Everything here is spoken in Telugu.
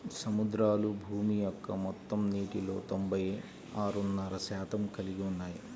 సముద్రాలు భూమి యొక్క మొత్తం నీటిలో తొంభై ఆరున్నర శాతం కలిగి ఉన్నాయి